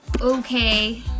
okay